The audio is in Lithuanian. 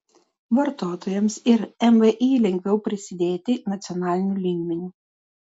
vartotojams ir mvį lengviau prisidėti nacionaliniu lygmeniu